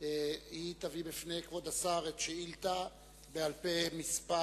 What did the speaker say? תביא בפני כבוד השר שאילתא בעל-פה מס'